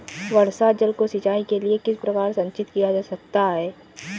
वर्षा जल को सिंचाई के लिए किस प्रकार संचित किया जा सकता है?